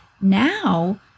Now